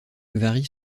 varie